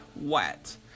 wet